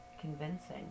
convincing